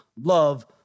love